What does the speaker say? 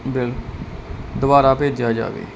bill ਦੁਬਾਰਾ ਭੇਜਿਆ ਜਾਵੇ